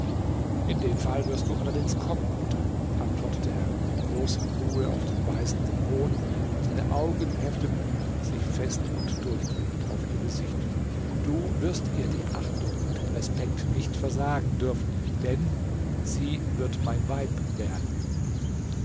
in den fall wirst du allerdings kommen mutter antwortete er mit großer ruhe auf den beißenden hohn und seine augen hefteten sich fest und durchdringend auf ihr gesicht du wirst ihr die achtung und den respekt nicht versagen dürfen denn sie wird mein weib werden